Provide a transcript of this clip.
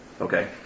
Okay